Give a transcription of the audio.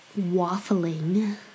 waffling